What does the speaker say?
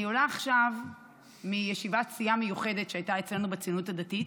אני עולה עכשיו מישיבת סיעה מיוחדת שהייתה אצלנו בציונות הדתית